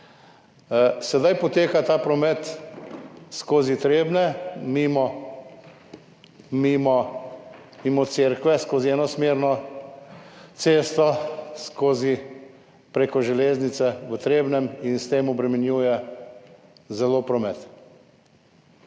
Sedaj poteka ta promet skozi Trebnje mimo cerkve, skozi enosmerno cesto, preko železnice v Trebnjem in s tem zelo obremenjuje promet.